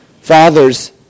Fathers